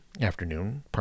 afternoon